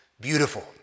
beautiful